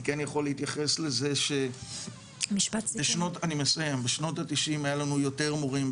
אני כן יכול להתייחס לזה שבשנות התשעים היו לנו יותר מורים,